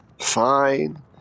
Fine